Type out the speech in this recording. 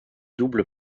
double